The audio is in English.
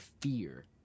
fear